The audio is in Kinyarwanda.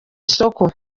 isoko